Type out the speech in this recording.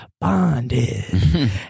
bonded